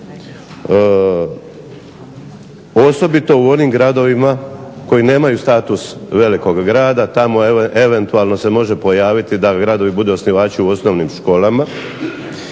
osobito u onim gradovima koji nemaju status velikog grada. Tamo eventualno se može pojaviti da gradovi budu osnivači u osnovnim školama,